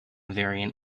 variant